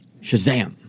Shazam